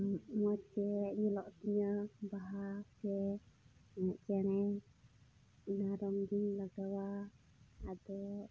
ᱢᱚᱡᱽ ᱛᱮ ᱧᱮᱞᱚᱜ ᱛᱤᱧᱟᱹ ᱵᱟᱦᱟ ᱥᱮ ᱪᱮᱬᱮ ᱚᱱᱟ ᱨᱚᱝᱜᱮᱧ ᱞᱟᱣᱟ ᱟᱫᱚ